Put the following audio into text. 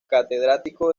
catedrático